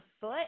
foot